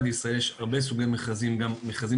בישראל יש הרבה סוגי מכרזים גם מכרזים